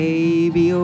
Baby